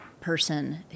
person